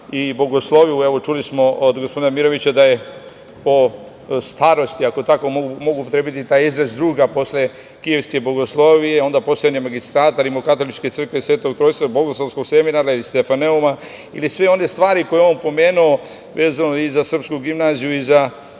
i Bogosloviju, evo čuli smo od gospodina Mirovića da je po starosti, ako mogu upotrebiti taj izraz, druga posle Kijevske bogoslovije, onda postojanje Magistrata, Rimokatoličke crkve Svetog Trojstva, Bogoslovskog seminara i Stefaneuma. Sve one stvari koje je on pomenuo vezano i za srpsku gimnaziju i za